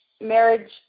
marriage